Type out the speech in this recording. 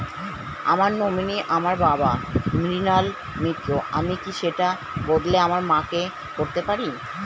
আমার নমিনি আমার বাবা, মৃণাল মিত্র, আমি কি সেটা বদলে আমার মা কে করতে পারি?